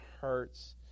hurts